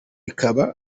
bakaba